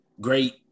great